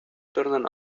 tornen